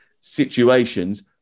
situations